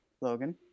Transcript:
logan